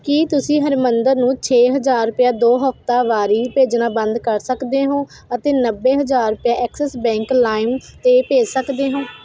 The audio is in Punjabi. ਕੀ ਤੁਸੀਂ ਹਰਮਿੰਦਰ ਨੂੰ ਛੇ ਹਜ਼ਾਰ ਰੁਪਇਆ ਦੋ ਹਫ਼ਤਾਵਾਰੀ ਭੇਜਣਾ ਬੰਦ ਕਰ ਸਕਦੇ ਹੋ ਅਤੇ ਨੱਬੇ ਹਜ਼ਾਰ ਰੁਪਇਆ ਐਕਸਿਸ ਬੈਂਕ ਲਾਇਮ 'ਤੇ ਭੇਜ ਸਕਦੇ ਹੋ